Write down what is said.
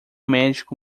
médico